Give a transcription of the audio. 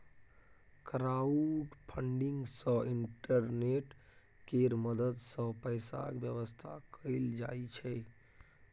crowdfunding सँ internet केर मदद सँ पैसाक बेबस्था कएल जाइ छै